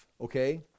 Okay